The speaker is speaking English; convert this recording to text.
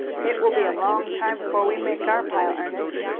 it will be a long time before we make our pile, ernest,